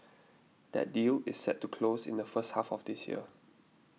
that deal is set to close in the first half of this year